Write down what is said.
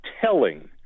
telling